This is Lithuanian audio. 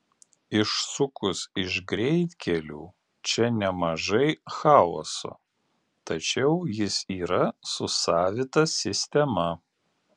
išsukus iš greitkelių čia nemažai chaoso tačiau jis yra su savita sistema